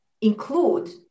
include